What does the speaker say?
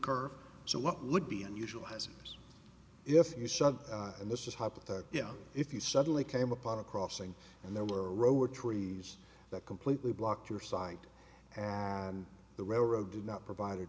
curved so what would be unusual asms if you such and this is hypothetical if you suddenly came upon a crossing and there were a row of trees that completely blocked your sight and the railroad did not provide